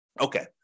Okay